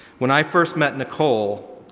when i first met nicole,